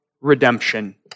redemption